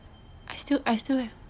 I still I still